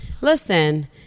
Listen